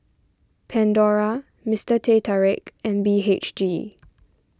Pandora Mister Teh Tarik and B H G